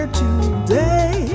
today